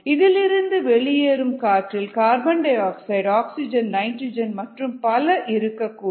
இதிலிருந்து வெளியேறும் காற்றில் கார்பன் டையாக்சைட் ஆக்சிஜன் நைட்ரஜன் மற்றும் பல இருக்கக்கூடும்